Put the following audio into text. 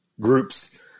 groups